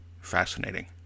Fascinating